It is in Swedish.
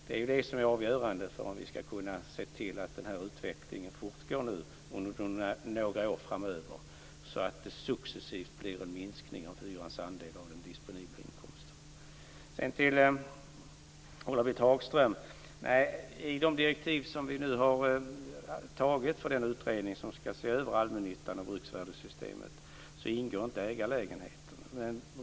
Det är detta som är avgörande för att denna utveckling kan fortgå under några framöver, så att det successivt blir en minskning av hyrans andel av den disponibla inkomsten. Till Ulla-Britt Hagström vill jag säga att i direktiven för den utredning som skall se över allmännyttan och bruksvärdessystemet ingår inte ägarlägenheter.